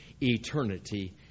eternity